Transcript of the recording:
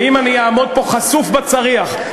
ואם אני אעמוד פה חשוף בצריח,